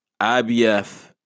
IBF